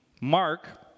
Mark